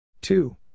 two